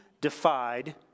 defied